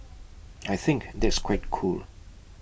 I think that's quite cool